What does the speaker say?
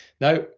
Now